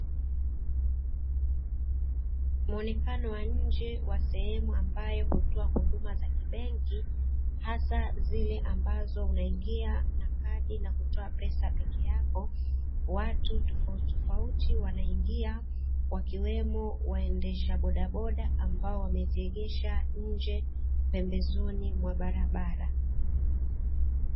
Muonekano wa nje wa sehemu ambayo hutoa huduma za kibenki, hasa zile ambazo unaingia na kadi na kutoa pesa peke yako, watu tofauti tofauti wanaingia wakiwemo waendesha bodaboda ambao wameziegesha nje pembezoni mwa barabara.